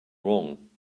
wrong